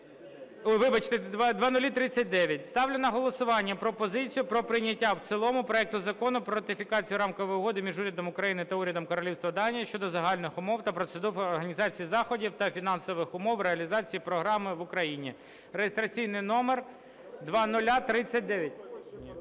Вибачте, 0039. Ставлю на голосування пропозицію про прийняття в цілому проекту закону про ратифікацію Рамкової угоди між Урядом України та Урядом Королівства Данії щодо загальних умов та процедур організації заходів та фінансових умов реалізації програми в Україні, (реєстраційний номер 0039).